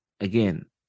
again